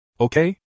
Okay